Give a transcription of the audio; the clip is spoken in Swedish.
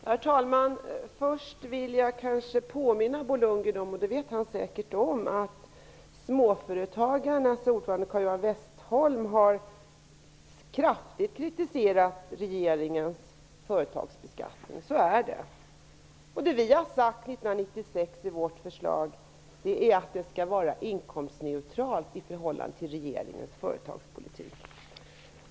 Herr talman! Först vill jag påminna Bo Lundgren om något som han säkert vet, att småföretagarnas ordförande Carl-Johan Westholm kraftigt har kritiserat regeringens företagsbeskattning. Så är det. Det vi har sagt i vårt förslag är att det skall vara inkomstneutralt i förhållande till regeringens företagspolitik.